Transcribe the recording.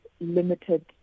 limited